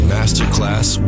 Masterclass